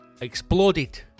exploded